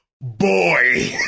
boy